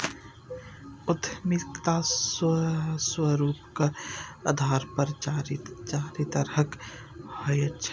उद्यमिता स्वरूपक आधार पर चारि तरहक होइत छैक